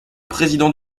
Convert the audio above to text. président